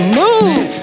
move